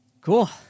cool